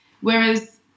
Whereas